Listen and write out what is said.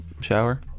shower